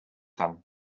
tant